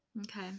Okay